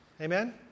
Amen